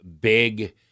big